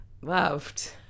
loved